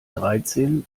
dreizehn